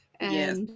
Yes